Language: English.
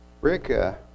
Rick